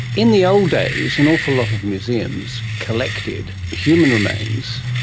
in the old days an awful lot of museums collected human remains,